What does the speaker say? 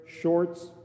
shorts